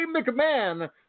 McMahon